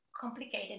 complicated